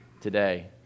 today